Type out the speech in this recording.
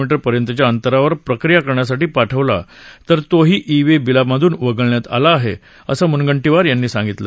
मी पर्यंतच्या अंतरावर प्रक्रिया करण्यासाठी पाठवला तर तोही ई वे बिलामधून वगळण्यात ला आहे असं म्नगंटीवार यांनी सांगितलं